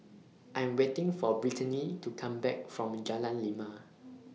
I Am waiting For Brittany to Come Back from Jalan Lima